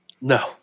No